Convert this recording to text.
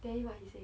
then what he say